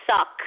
suck